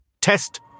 Test